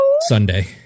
sunday